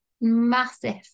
Massive